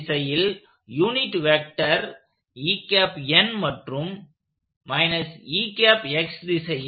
திசையில் unit vector மற்றும் திசையில்